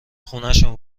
خونشون